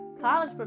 college